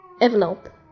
envelope